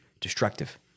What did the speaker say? destructive